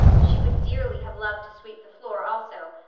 she would dearly have loved to sweep the floor also,